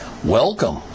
Welcome